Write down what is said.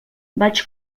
vaig